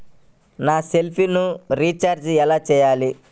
నా సెల్ఫోన్కు రీచార్జ్ ఎలా చేయాలి?